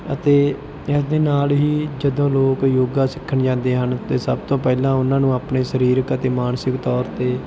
ਅਤੇ ਇਸ ਦੇ ਨਾਲ ਹੀ ਜਦੋਂ ਲੋਕ ਯੋਗਾ ਸਿੱਖਣ ਜਾਂਦੇ ਹਨ ਤਾਂ ਸਭ ਤੋਂ ਪਹਿਲਾਂ ਉਨ੍ਹਾਂ ਨੂੰ ਆਪਣੇ ਸਰੀਰਕ ਅਤੇ ਮਾਨਸਿਕ ਤੋਰ 'ਤੇ